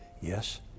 Yes